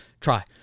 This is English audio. try